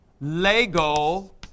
lego